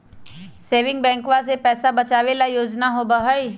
saving बैंकवा में पैसा बचावे ला योजना होबा हई